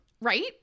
Right